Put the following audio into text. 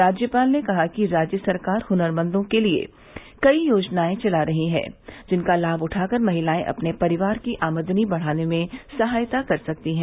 राज्यपाल ने कहा कि राज्य सरकार हुनरमंदों के लिये कई योजनाए चला रही है जिनका लाभ उठाकर महिलाए अपने परिवार की आमदनी बढ़ाने में सहायता कर सकती है